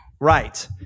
Right